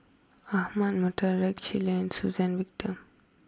Ahmad Mattar Rex Shelley and Suzann Victor